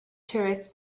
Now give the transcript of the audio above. tourists